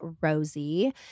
Rosie